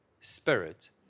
Spirit